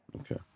okay